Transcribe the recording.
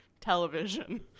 television